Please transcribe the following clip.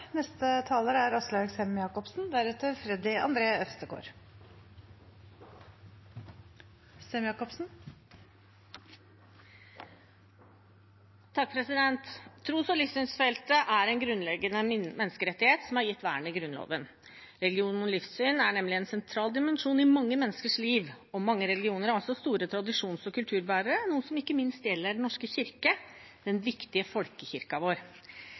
Tros- og livssynsfeltet handler om grunnleggende menneskerettigheter, som er gitt vern i Grunnloven. Religion og livssyn er nemlig en sentral dimensjon i mange menneskers liv, og mange religioner er også store tradisjons- og kulturbærere, noe som ikke minst gjelder Den norske kirke, den viktige folkekirken vår.